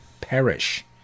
perish